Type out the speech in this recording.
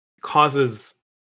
causes